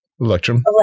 Electrum